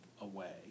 away